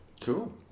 Cool